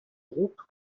groupe